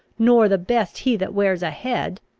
nor the best he that wears a head.